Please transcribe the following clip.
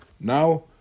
Now